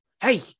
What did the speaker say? hey